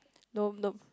no nope